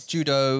Judo